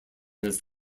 his